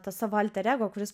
tą savo alter ego kuris